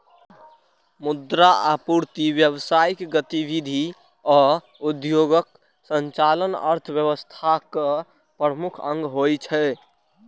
मुद्रा आपूर्ति, व्यावसायिक गतिविधि आ उद्योगक संचालन अर्थव्यवस्थाक प्रमुख अंग होइ छै